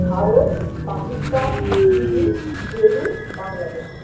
Bharat Pakistan Chile Peru Bangladesh